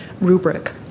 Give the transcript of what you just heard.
rubric